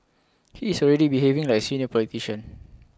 he is already behaving like senior politician